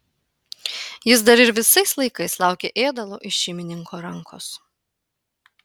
jis dar ir visais laikais laukė ėdalo iš šeimininko rankos